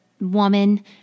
woman